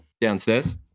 downstairs